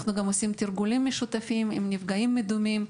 אנחנו גם עושים תרגולים משותפים עם נפגעים מדומים.